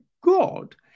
God